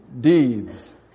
deeds